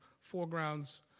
foregrounds